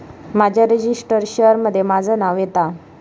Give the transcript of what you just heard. माझ्या registered share मध्ये माझा नाव येता